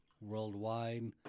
Worldwide